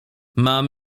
mam